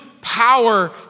power